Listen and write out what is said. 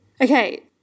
Okay